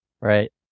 Right